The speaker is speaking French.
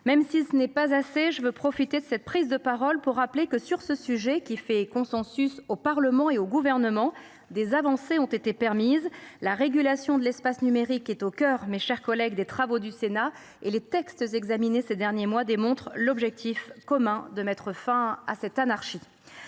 Même si ce n’est pas assez, je veux profiter de cette prise de parole pour rappeler que, sur ce sujet, qui fait consensus au Parlement et au Gouvernement, des avancées ont été permises. La régulation de l’espace numérique est au cœur des travaux du Sénat, et les textes examinés ces derniers mois démontrent l’objectif commun de mettre fin à cette anarchie.